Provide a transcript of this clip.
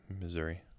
Missouri